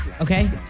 Okay